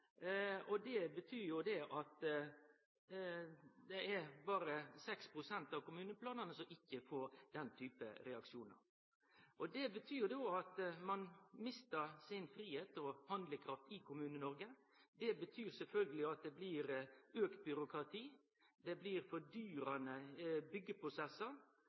Det er altså berre 6 pst. av kommuneplanane som ikkje får den typen reaksjonar. Det betyr at ein mistar fridomen sin og handlekrafta si i Kommune-Noreg. Det fører sjølvsagt til auka byråkrati, det blir fordyrande byggjeprosessar, og når det blir bygd for